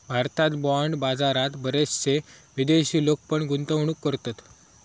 भारतात बाँड बाजारात बरेचशे विदेशी लोक पण गुंतवणूक करतत